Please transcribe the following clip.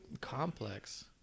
complex